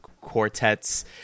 quartets